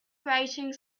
grating